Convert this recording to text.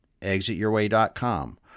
ExitYourWay.com